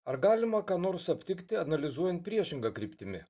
ar galima ką nors aptikti analizuojant priešinga kryptimi